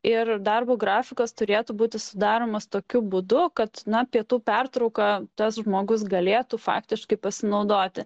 ir darbo grafikas turėtų būti sudaromas tokiu būdu kad na pietų pertrauka tas žmogus galėtų faktiškai pasinaudoti